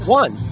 one